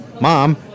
Mom